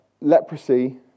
leprosy